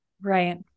Right